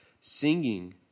singing